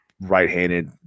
right-handed